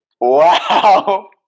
Wow